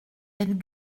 elle